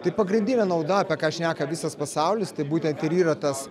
tai pagrindinė nauda apie ką šneka visas pasaulis tai būtent ir yra tas